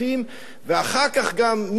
ואחר כך גם לחינוך מגיל שלוש.